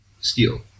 steel